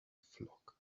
flock